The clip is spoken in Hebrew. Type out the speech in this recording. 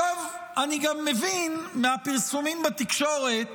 עכשיו, אני גם מבין מהפרסומים בתקשורת